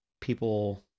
people